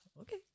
okay